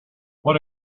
what